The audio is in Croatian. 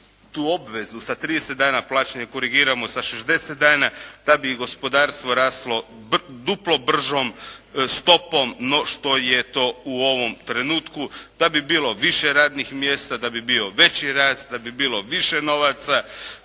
tu obvezu sa 30 dana plaćanja korigiramo sa 60 dana da bi i gospodarstvo raslo duplo bržom stopom no što je to u ovom trenutku, da bi bilo više radnih mjesta, da bi bio veći rast, da bi bilo više novaca,